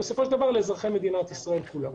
ובסופו של דבר לאזרחי מדינת ישראל כולה.